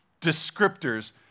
descriptors